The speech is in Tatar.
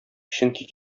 чөнки